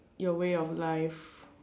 your way of life